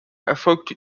erfolgte